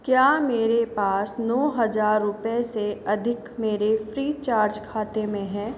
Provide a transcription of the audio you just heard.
क्या मेरे पास नौ हज़ार रुपये से अधिक मेरे फ़्रीचार्ज खाते में है